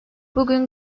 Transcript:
bugün